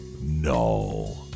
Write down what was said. No